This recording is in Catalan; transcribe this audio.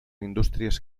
indústries